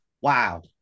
wow